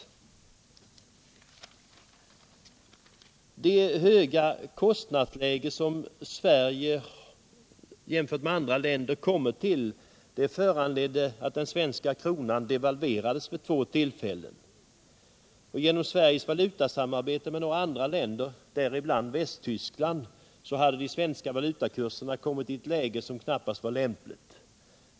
Sveriges höga kostnadsläge jämfört med andra länders föranledde en devalvering av den svenska kronan vid två tillfällen. Till följd av Sveriges valutasamarbete med några andra länder, däribland Västtyskland, hade de svenska valutakurserna kommit på en nivå som knappast var tillfredsställande.